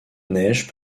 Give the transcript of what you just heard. neige